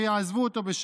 שיעזבו אותו בשקט.